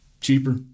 cheaper